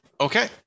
Okay